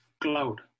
cloud